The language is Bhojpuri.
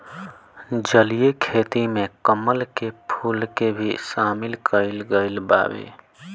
जलीय खेती में कमल के फूल के भी शामिल कईल गइल बावे